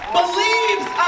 believes